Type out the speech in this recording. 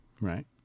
Right